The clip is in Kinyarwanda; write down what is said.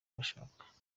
bashaka